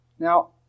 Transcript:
Now